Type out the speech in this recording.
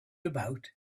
about